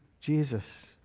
Jesus